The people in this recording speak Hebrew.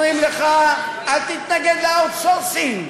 אומרים לך: אל תתנגד ל-outsourcing.